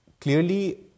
clearly